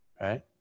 right